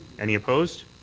any opposed?